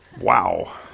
wow